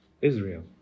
Israel